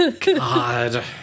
God